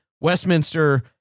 Westminster